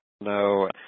No